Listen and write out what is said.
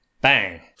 bang